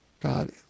God